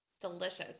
Delicious